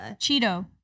Cheeto